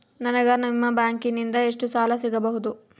ನನಗ ನಿಮ್ಮ ಬ್ಯಾಂಕಿನಿಂದ ಎಷ್ಟು ಸಾಲ ಸಿಗಬಹುದು?